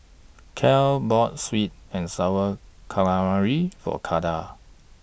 Kylie bought Sweet and Sour Calamari For Kylah